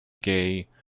bisexual